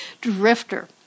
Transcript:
drifter